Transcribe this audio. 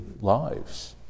lives